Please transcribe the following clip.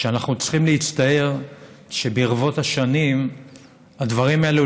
ואנחנו צריכים להצטער שברבות השנים הדברים האלו